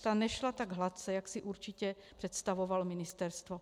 Ta nešla tak hladce, jak si určitě představovalo ministerstvo.